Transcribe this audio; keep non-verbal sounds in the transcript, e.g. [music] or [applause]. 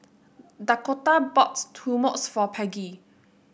Dakotah bought [unintelligible] for Peggy